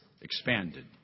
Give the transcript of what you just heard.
expanded